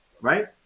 right